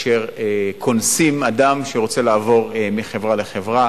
שקונסים אדם שרוצה לעבור מחברה לחברה,